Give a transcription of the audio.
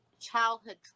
childhood